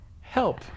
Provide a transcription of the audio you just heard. Help